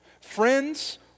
Friends